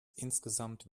insgesamt